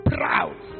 Proud